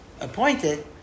appointed